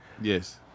Yes